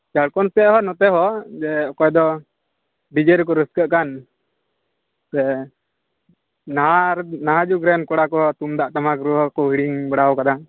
ᱡᱷᱟᱲᱠᱷᱚᱱᱰ ᱥᱮᱫ ᱦᱚᱸ ᱱᱚᱛᱮ ᱦᱚᱸ ᱥᱮ ᱚᱠᱚᱭ ᱫᱚ ᱰᱤᱡᱮᱹ ᱨᱮᱠᱚ ᱨᱟᱹᱥᱠᱟᱹᱜ ᱠᱟᱱ ᱥᱮ ᱱᱟᱦᱟᱜ ᱱᱟᱦᱟᱜ ᱡᱩᱜᱽ ᱨᱮᱱ ᱠᱚᱲᱟ ᱠᱚ ᱛᱩᱢᱫᱟᱜ ᱴᱟᱢᱟᱠ ᱨᱩ ᱦᱚᱸᱠᱚ ᱦᱤᱲᱤᱧ ᱵᱟᱲᱟᱣᱟᱠᱟᱫᱟ